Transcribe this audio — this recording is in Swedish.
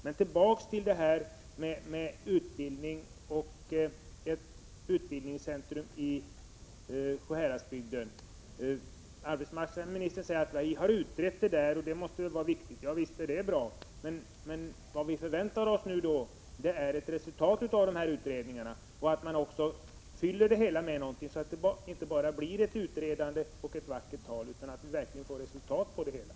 Men tillbaka till det här med utbildningen och ett utbildningscentrum i Sjuhäradsbygden. Arbetsmarknadsministern säger att man har utrett detta och att tekoindustrin är viktig. Visst är detta bra, men vad vi förväntar oss nu är ett resultat av dessa utredningar och att man fyller det hela med någonting, så att det inte bara blir utredande och vackert tal.